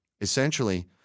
Essentially